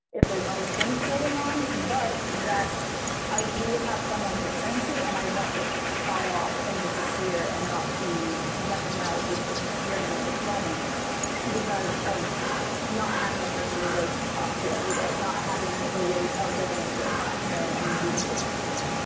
if there's other things going on, but that i do have someone to turn to, and i won't just fall off and disappear and not be recognized as disappearing in this moment because of not having a person to go to talk to you every day, not having the weight of going into a classroom and being with peers,